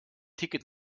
ticket